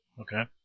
Okay